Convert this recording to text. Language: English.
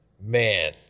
man